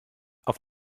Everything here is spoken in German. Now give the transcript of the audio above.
auf